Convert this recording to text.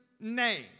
name